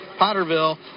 Potterville